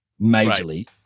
majorly